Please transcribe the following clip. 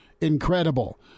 incredible